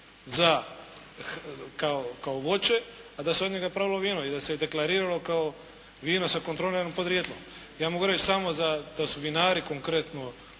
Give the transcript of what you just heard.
kao voće, a da se od njega pravilo vino i da se je deklariralo kao vino sa kontroliranim podrijetlom. Ja mogu reći samo da su vinari konkretno